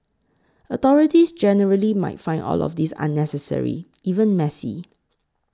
authorities generally might find all of this unnecessary even messy